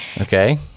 Okay